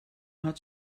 hat